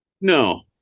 No